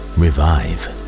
revive